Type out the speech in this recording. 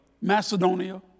Macedonia